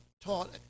taught